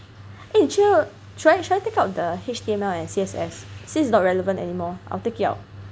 eh should I should I take out the H_T_M_L and C_S_S since it's not relevant anymore